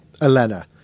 Elena